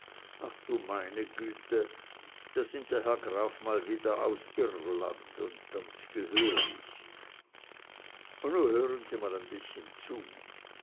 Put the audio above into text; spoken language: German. ach du meine güte da sind der herr graf mal wieder aus irrland un ganz gehörig und nu hören sie mal ein bißchen zu